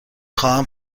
خواهم